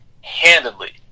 handedly